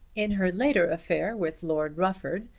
in her later affair with lord rufford,